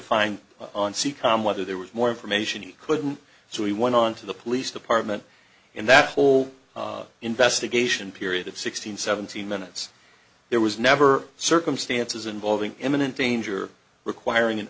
find on c com whether there was more information he couldn't so he went on to the police department and that whole investigation period of sixteen seventeen minutes there was never circumstances involving imminent danger requiring an